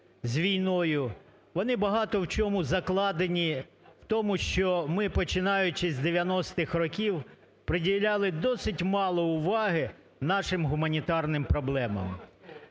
вони багато в чому закладені, тому що ми, починаючи з 90-х років, приділяли досить мало уваги нашим гуманітарним проблемам.